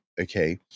okay